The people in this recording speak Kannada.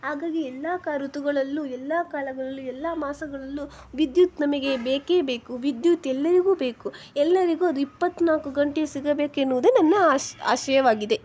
ಹಾಗಾಗಿ ಎಲ್ಲ ಕಾ ಋತುಗಳಲ್ಲೂ ಎಲ್ಲ ಕಾಲಗಳಲ್ಲಿಯೂ ಎಲ್ಲ ಮಾಸಗಳಲ್ಲೂ ವಿದ್ಯುತ್ ನಮಗೆ ಬೇಕೇ ಬೇಕು ವಿದ್ಯುತ್ ಎಲ್ಲರಿಗೂ ಬೇಕು ಎಲ್ಲರಿಗೂ ಅದು ಇಪ್ಪತ್ತನಾಲ್ಕು ಗಂಟೆಯೂ ಸಿಗಬೇಕೆನ್ನುವುದೇ ನನ್ನ ಆಶ್ ಆಶಯವಾಗಿದೆ